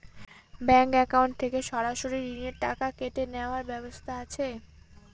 Bank account থেকে সরাসরি ঋণের টাকা কেটে নেওয়ার ব্যবস্থা আছে?